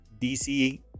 DC